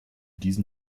diesen